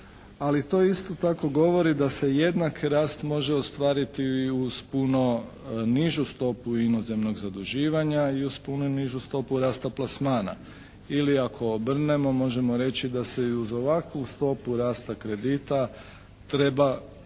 Ali to isto tako govori da se jednaki rast može ostvariti i uz puno nižu stopu inozemnog zaduživanja i uz puno nižu stopu rasta plasmana. Ili ako obrnemo možemo reći da se i uz ovakvu stopu rasta kredita treba,